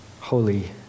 holy